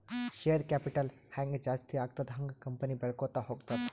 share capital ಹ್ಯಾಂಗ್ ಜಾಸ್ತಿ ಆಗ್ತದ ಹಂಗ್ ಕಂಪನಿ ಬೆಳ್ಕೋತ ಹೋಗ್ತದ